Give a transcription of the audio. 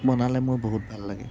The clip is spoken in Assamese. বনালে মোৰ বহুত ভাল লাগে